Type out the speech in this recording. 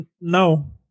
No